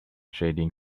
trading